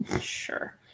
Sure